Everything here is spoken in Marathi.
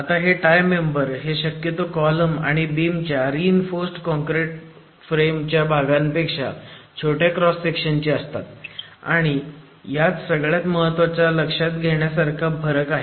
आता हे टाय मेंबर हे शक्यतो कॉलम आणि बीम च्या रि इन्फोर्स्ड कॉनक्रिट फ्रेम च्या भागांपेक्षा छोट्या क्रॉस सेक्शन चे असतात आणि हाच सगळ्यात महत्वाचा लक्षात ठेवण्यासारखा फरक आहे